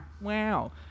Wow